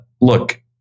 look